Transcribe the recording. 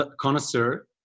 Connoisseur